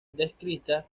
descritas